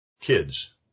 kids